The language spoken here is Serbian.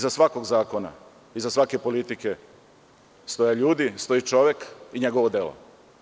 Iza svakog zakona, iza svake politike stoje ljudi, stoji čovek i njegovo delo.